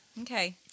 okay